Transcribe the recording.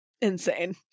insane